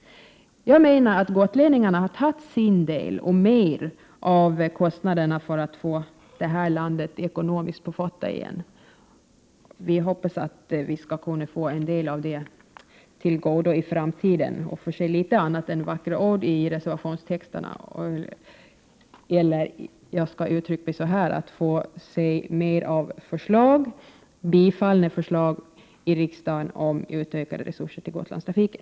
Jag menar att gotlänningarna har tagit sin del och mer därtill av kostnaderna för att få detta land ekonomiskt på fötter igen. Vi hoppas att en del av det skall komma oss till godo i framtiden och att riksdagen bifaller fler förslag om utökade resurser till Gotlandstrafiken.